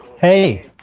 Hey